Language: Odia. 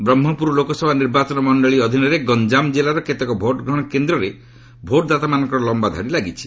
ବ୍ରହ୍ମପୁର ଲୋକସଭା ନିବାଚନ ମଣ୍ଡଳୀ ଅଧୀନରେ ଗଞ୍ଜାମ ଜିଲ୍ଲାର କେତେକ ଭୋଟ୍ଗ୍ରହଣ କେନ୍ଦ୍ରରେ ଭୋଟ୍ଦାତାମାନଙ୍କର ଲମ୍ବା ଧାଡ଼ି ଲାଗିଛି